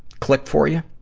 clicked for you.